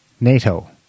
NATO